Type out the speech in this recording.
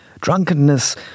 Drunkenness